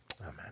Amen